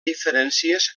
diferències